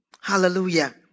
Hallelujah